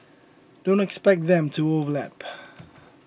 don't expect them to overlap